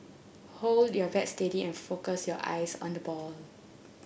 hold your bat steady and focus your eyes on the ball